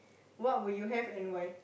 what would you have and why